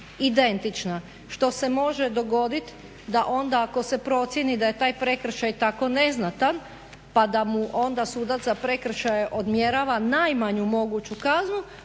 identična što se može dogodit da onda ako se procijeni da je taj prekršaj tako neznatan pa da mu onda sudac za prekršaje odmjerava najmanju moguću kaznu,